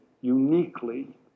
uniquely